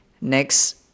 next